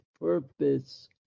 purpose